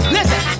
Listen